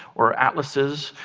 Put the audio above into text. or atlases,